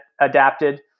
adapted